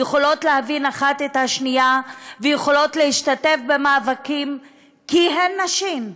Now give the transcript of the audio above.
יכולות להבין אחת את השנייה ויכולות להשתתף במאבקים כי הן נשים.